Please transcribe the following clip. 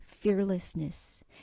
fearlessness